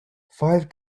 five